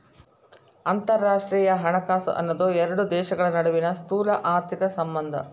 ಅಂತರರಾಷ್ಟ್ರೇಯ ಹಣಕಾಸು ಅನ್ನೋದ್ ಎರಡು ದೇಶಗಳ ನಡುವಿನ್ ಸ್ಥೂಲಆರ್ಥಿಕ ಸಂಬಂಧ